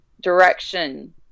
direction